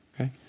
okay